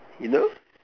you know